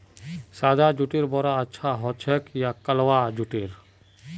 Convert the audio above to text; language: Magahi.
सादा जुटेर बोरा अच्छा ह छेक या कलवा जुटेर